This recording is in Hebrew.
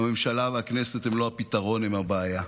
הממשלה והכנסת הן לא הפתרון, הן הבעיה.